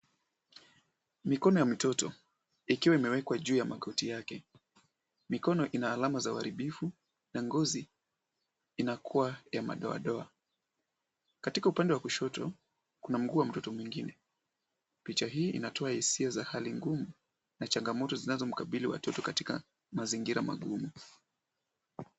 Mikono ya mtoto ikiwa imewekwa juu ya magoti yake. Mikono ina alama za uharibifu na ngozi inakuwa ya madoadoa. Katika upande wa kushoto kuna mguu wa mtoto mwingine. Picha hii inatoa hisia za hali ngumu na changamoto zinazomkabili watoto katika mazingira magumu.